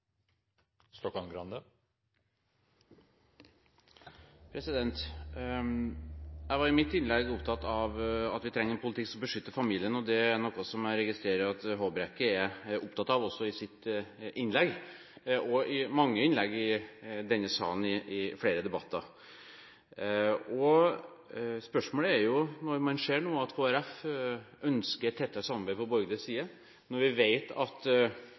Jeg var i mitt innlegg opptatt av at vi trenger en politikk som beskytter familien, og det er noe jeg registrerer at representanten Håbrekke også er opptatt av i sitt innlegg – og i mange innlegg i flere debatter i denne salen. Kristelig Folkeparti ønsker tettere samarbeid på borgerlig side. Vi vet at